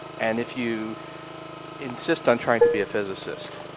and if you insist on trying to be a physicist,